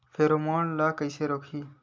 Pheromone ला कइसे रोकही?